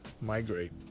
migrate